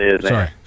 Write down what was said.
Sorry